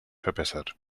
verbessert